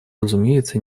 разумеется